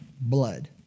blood